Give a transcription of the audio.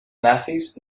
nazis